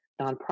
nonprofit